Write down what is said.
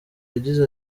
yagize